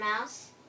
Mouse